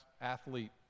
athlete